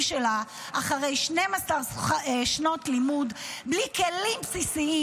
שלה אחרי 12 שנות לימוד בלי כלים בסיסיים,